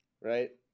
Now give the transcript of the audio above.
Right